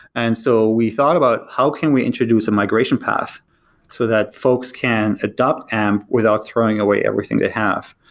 and so we thought about how can we introduce a migration path so that folks can adopt amp without throwing away everything they have.